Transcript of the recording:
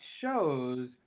shows